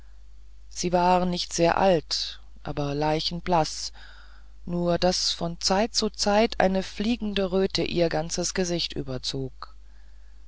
sie war nicht sehr alt aber leichenblaß nur daß von zeit zu zeit eine fliegende röte ihr ganzes gesicht überzog